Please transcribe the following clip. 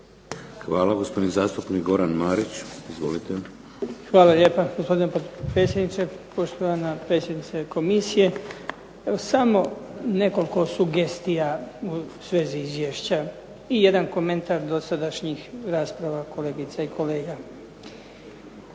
Hvala. Gospodin zastupnik Goran Marić. Izvolite. **Marić, Goran (HDZ)** Hvala lijepa. Gospodine potpredsjedniče, poštovana predsjednice komisije. Evo samo nekoliko sugestija u svezi izvješća, i jedan komentar dosadašnjih rasprava kolegica i kolega.